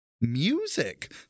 Music